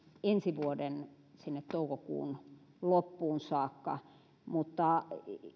ensi vuoden toukokuun loppuun saakka mutta